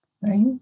Right